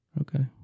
Okay